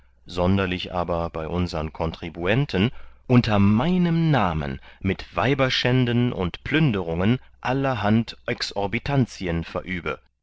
sonderlich aber bei unsern kontribuenten unter meinem namen mit weiberschänden und plünderungen allerhand exorbitantien verübe